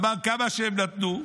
הוא אמר: כמה שהם נתנו,